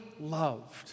loved